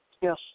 Yes